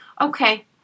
Okay